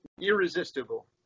irresistible